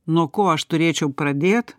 nuo ko aš turėčiau pradėt